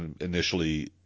initially